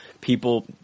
People